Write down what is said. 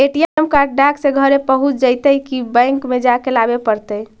ATM card डाक से घरे पहुँच जईतै कि बैंक में जाके लाबे पड़तै?